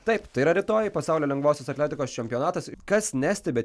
taip tai yra rytoj pasaulio lengvosios atletikos čempionatas kas nestebi